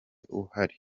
uhari